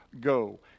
go